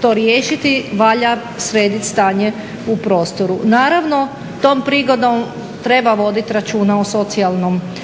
to riješiti valja srediti stanje u prostoru. Naravno tom prigodom treba voditi računa o